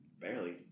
barely